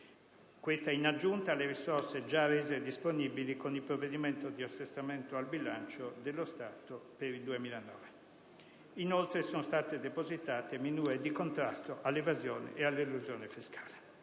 ciò in aggiunta alle risorse già rese disponibili con il provvedimento di assestamento al bilancio dello Stato per il 2009. Inoltre, sono state depositate misure di contrasto all'evasione e all'elusione fiscale.